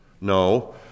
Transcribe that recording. No